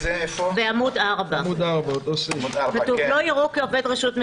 בעמוד 4, כתוב: לא יראו כעובד רשות מקומית,